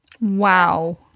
Wow